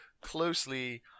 closely